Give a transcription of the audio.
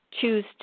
choose